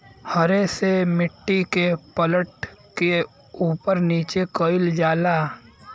हरे से मट्टी के पलट के उपर नीचे कइल जाला